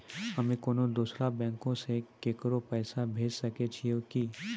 हम्मे कोनो दोसरो बैंको से केकरो पैसा भेजै सकै छियै कि?